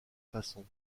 façon